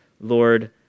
Lord